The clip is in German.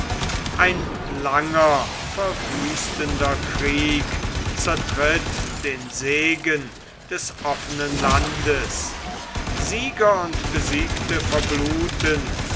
ein langer verwüstender krieg zertritt den segen des offenen landes sieger und besiegte verbluten